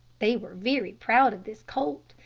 they were very proud of this colt,